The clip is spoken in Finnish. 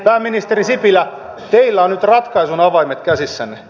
pääministeri sipilä teillä on nyt ratkaisun avaimet käsissänne